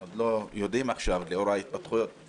עוד לא יודעים עכשיו לאור ההתפתחויות,